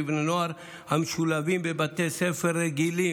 לבני נוער המשולבים בבתי ספר רגילים,